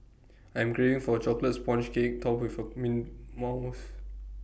I am craving for Chocolate Sponge Cake Topped with mint